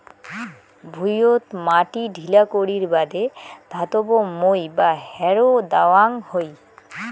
ভুঁইয়ত মাটি ঢিলা করির বাদে ধাতব মই বা হ্যারো দ্যাওয়াং হই